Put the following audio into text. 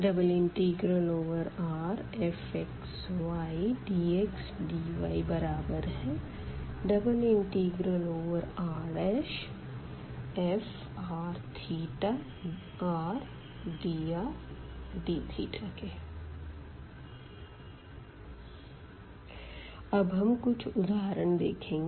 ∬Rfxydxdy∬Rf rdrdθ अब हम कुछ उदाहरण देखेंगे